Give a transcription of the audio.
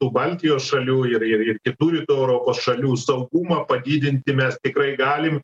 tų baltijos šalių ir ir ir kitų rytų europos šalių saugumą padidinti mes tikrai galim